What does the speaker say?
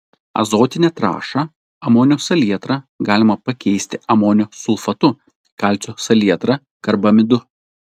azotinę trąšą amonio salietrą galima pakeisti amonio sulfatu kalcio salietra karbamidu